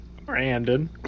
Brandon